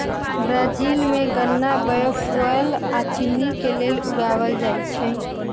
Brazil में गन्ना biofuel आ चिन्नी के लेल उगाएल जाई छई